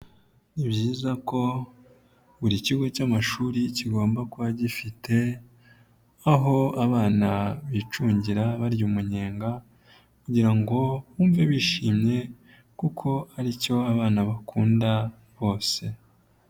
Ni byiza ko buri kigo cy'amashuri kigomba kuba gifite aho abana bicungira barya umunyenga kugira ngo bumve bishimye kuko aricyo abana bakunda bose.